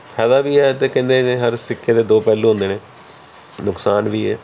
ਫਾਇਦਾ ਵੀ ਹੈ ਅਤੇ ਕਹਿੰਦੇ ਨੇ ਹਰ ਸਿੱਕੇ ਦੇ ਦੋ ਪਹਿਲੂ ਹੁੰਦੇ ਨੇ ਨੁਕਸਾਨ ਵੀ ਹੈ